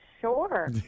Sure